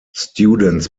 students